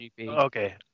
Okay